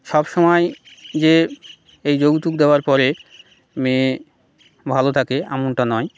সবসময় যে এই যৌতুক দেওয়ার পরে মেয়ে ভালো থাকে এমনটা নয়